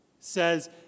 says